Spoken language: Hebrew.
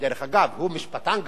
דרך אגב, הוא משפטן גדול,